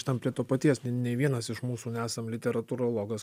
ten prie to paties nei vienas iš mūsų nesam literatūrologas